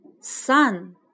Sun